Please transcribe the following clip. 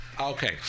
Okay